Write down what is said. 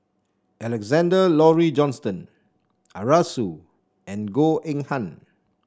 Alexander Laurie Johnston Arasu and Goh Eng Han